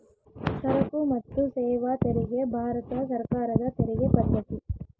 ಸರಕು ಮತ್ತು ಸೇವಾ ತೆರಿಗೆ ಭಾರತ ಸರ್ಕಾರದ ತೆರಿಗೆ ಪದ್ದತಿ